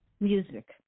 music